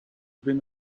been